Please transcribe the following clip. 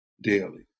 daily